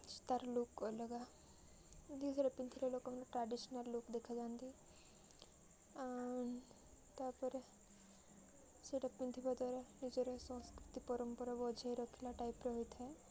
ତା'ର ଲୁକ୍ ଅଲଗା ଦେହ ସାରା ପିନ୍ଧିଲେ ଲୋକମାନେ ଟ୍ରାଡିସ୍ନାଲ୍ ଲୁକ୍ ଦେଖାଯାଆନ୍ତି ଆଉ ତା'ପରେ ସେଇଟା ପିନ୍ଧିବା ଦ୍ୱାରା ନିଜର ସଂସ୍କୃତି ପରମ୍ପରା ବଜାଇ ରଖିଲା ଟାଇପ୍ର ହୋଇଥାଏ